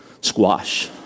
squash